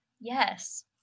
Yes